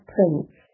Prince